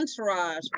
entourage